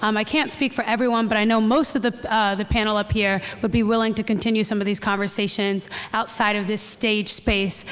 um i can't speak for everyone but i know most of the the panel up here would be willing to continue some of these conversations outside of this stage space.